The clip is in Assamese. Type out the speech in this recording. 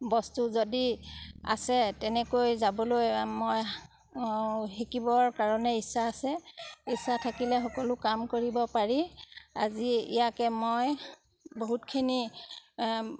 বস্তু যদি আছে তেনেকৈ যাবলৈ মই শিকিবৰ কাৰণে ইচ্ছা আছে ইচ্ছা থাকিলে সকলো কাম কৰিব পাৰি আজি ইয়াকে মই বহুতখিনি